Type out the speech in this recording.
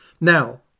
Now